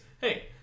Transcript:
hey